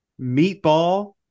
meatball